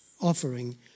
offering